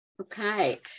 Okay